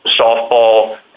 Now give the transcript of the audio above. softball